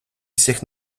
всіх